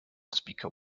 speaker